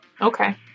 Okay